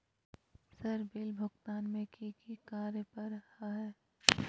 Sir bill भुगतान में की की कार्य पर हहै?